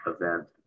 event